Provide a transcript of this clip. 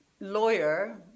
lawyer